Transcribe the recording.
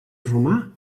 romà